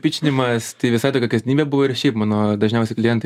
pičinimas tai visai tokia kasdienybė buvo ir šiaip mano dažniausiai klientai